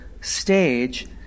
stage